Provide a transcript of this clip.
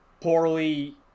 poorly